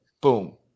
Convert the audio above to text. Boom